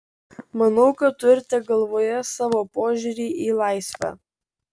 manau kad turite galvoje savo požiūrį į laisvę